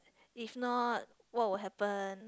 if not what would happened